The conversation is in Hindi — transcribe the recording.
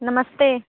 नमस्ते